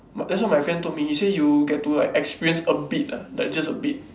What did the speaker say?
that's what my friend told me he say you will get to like experience a bit ah just a bit